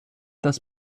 das